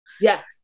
Yes